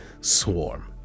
Swarm